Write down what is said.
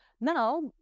Now